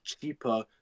cheaper